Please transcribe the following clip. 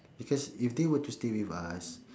because if they were to stay with us